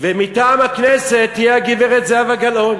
ומטעם הכנסת תהיה הגברת זהבה גלאון.